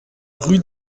rue